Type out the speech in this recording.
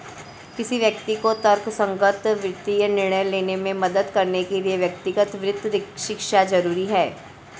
किसी व्यक्ति को तर्कसंगत वित्तीय निर्णय लेने में मदद करने के लिए व्यक्तिगत वित्त शिक्षा जरुरी है